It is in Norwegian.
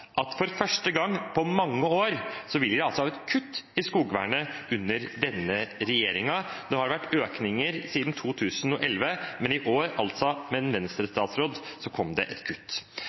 man for første gang på mange år altså vil ha et kutt i skogvernet under denne regjeringen. Nå har det vært økninger siden 2011, men i år – med en Venstre-statsråd – kom det et kutt.